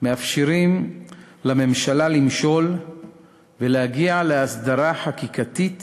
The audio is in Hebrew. מאפשרים לממשלה למשול ולהגיע להסדרה חקיקתית